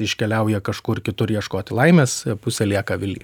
iškeliauja kažkur kitur ieškoti laimės pusė lieka avily